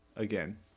Again